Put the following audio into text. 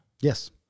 Yes